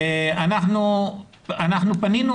אנחנו פנינו